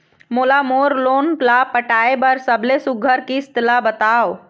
मोला मोर लोन ला पटाए बर सबले सुघ्घर किस्त ला बताव?